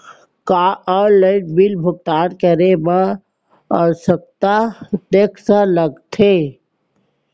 का online bill भुगतान करे मा अक्तहा टेक्स लगथे?